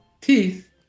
teeth